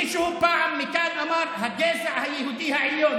מישהו מכאן אמר פעם: הגזע היהודי העליון.